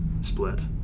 split